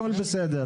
הכל בסדר.